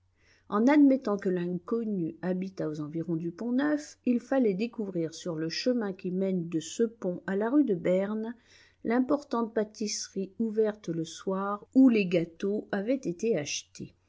en admettant que l'inconnu habitât aux environs du pont-neuf il fallait découvrir sur le chemin qui mène de ce pont à la rue de berne l'importante pâtisserie ouverte le soir où les gâteaux avaient été achetés